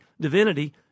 divinity